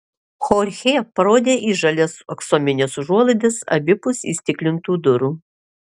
chorchė parodė į žalias aksomines užuolaidas abipus įstiklintų durų